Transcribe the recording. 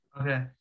okay